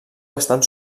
bastant